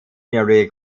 nearly